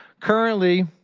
currently,